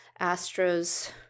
Astros